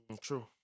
True